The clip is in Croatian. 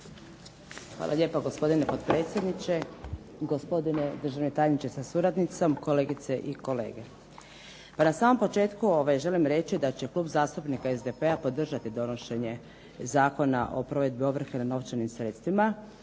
Hvala lijepa, gospodine potpredsjedniče. Gospodine državni tajniče sa suradnicom. Kolegice i kolege. Pa na samom početku želim reći da će Klub zastupnika SDP-a podržati donošenje Zakona o provedbi ovrhe na novčanim sredstvima.